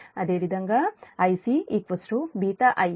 అదేవిధంగా Ic βIa1 β2 Ia2 Ia0